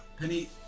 Penny